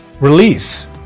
release